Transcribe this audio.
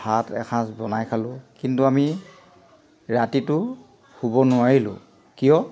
ভাত এসাঁজ বনাই খালোঁ কিন্তু আমি ৰাতিটো শুব নোৱাৰিলোঁ কিয়